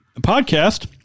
podcast